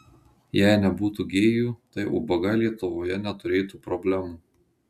jei nebūtų gėjų tai ubagai lietuvoje neturėtų problemų